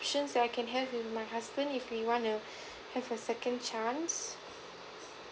option that I can have with my husband if we wanna have a second chance